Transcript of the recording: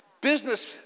Business